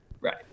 Right